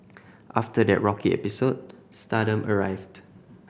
after that rocky episode stardom arrived